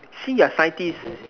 see you're scientist